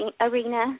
arena